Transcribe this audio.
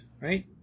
Right